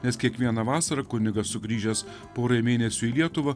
nes kiekvieną vasarą kunigas sugrįžęs porai mėnesių į lietuvą